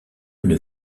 une